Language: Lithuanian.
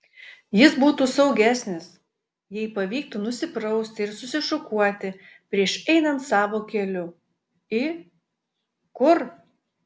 jis būtų saugesnis jei pavyktų nusiprausti ir susišukuoti prieš einant savo keliu į kur